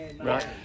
Right